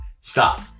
Stop